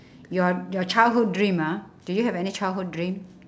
your your childhood dream ah do you have any childhood dream